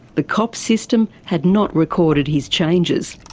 the cops system had not recorded his changes.